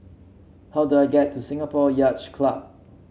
how do I get to Singapore Yacht Club